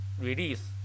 release